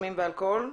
סמים ואלכוהול.